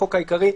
החוק העיקרי),